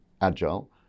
agile